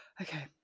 Okay